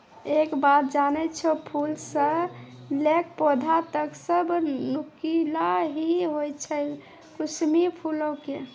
एक बात जानै छौ, फूल स लैकॅ पौधा तक सब नुकीला हीं होय छै कुसमी फूलो के